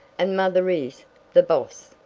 and mother is the boss.